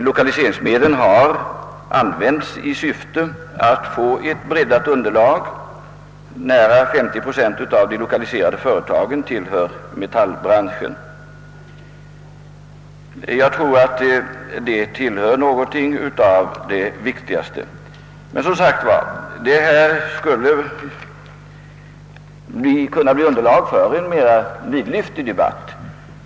Lokaliseringsmedlen har använts i syfte att få ett breddat underlag — nära 50 procent av de lokaliserade företagen tillhör metallbranschen. Jag tror att detta är något av det viktigaste. Men detta problem skulle som sagt med fördel kunna behandlas i en mera vidlyftig debatt.